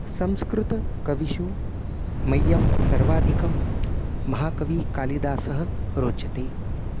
संस्कृते कविषु मह्यं सर्वाधिकं महाकविकालिदासः रोचते